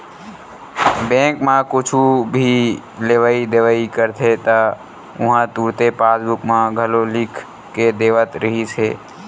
bank म कुछु भी लेवइ देवइ करते त उहां तुरते पासबूक म घलो लिख के देवत रिहिस हे